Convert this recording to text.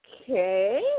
okay